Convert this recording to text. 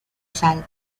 sal